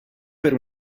per